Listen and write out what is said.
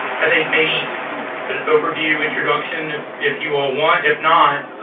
i think maybe an overview, introduction, if if you all want. if not,